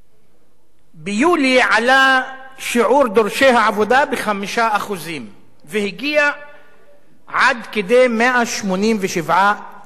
ביולי עלה שיעור דורשי העבודה ב-5% והגיע עד כדי 187,000 איש,